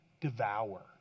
Devour